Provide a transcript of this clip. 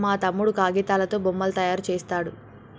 మా తమ్ముడు కాగితాలతో బొమ్మలు తయారు చేస్తాడు